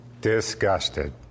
disgusted